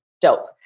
dope